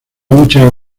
muchas